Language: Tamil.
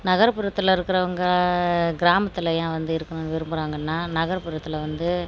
நகர்ப்புறத்தில் இருக்கிறவங்க கிராமத்தில் ஏன் வந்து இருக்கணுன்னு விரும்புகிறாங்கன்னா நகர்ப்புறத்தில் வந்து